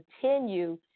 continue